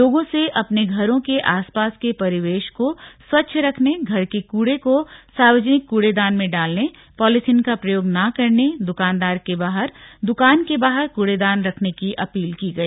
लोगों से अपने घरों के आसपास के परिवेश को स्वच्छ रखने घर के कूड़े को सार्वजनिक कूडेदान में डालने पॉलीथीन का प्रयोग न करने दुकान के बाहर कूड़ेदान रखने की अपील की गई